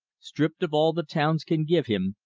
stripped of all the towns can give him,